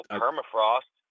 permafrost